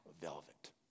velvet